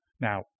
Now